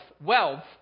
wealth